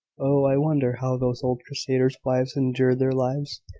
oh, i wonder how those old crusaders' wives endured their lives!